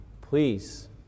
please